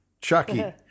Chucky